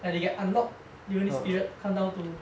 like they unlock during this period to come to